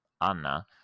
Anna